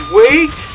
wait